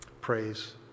Praise